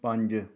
ਪੰਜ